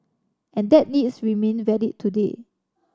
and that needs remain valid today